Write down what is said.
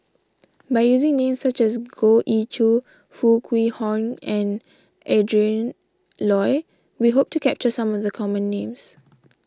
by using names such as Goh Ee Choo Foo Kwee Horng and Adrin Loi we hope to capture some of the common names